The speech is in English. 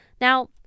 Now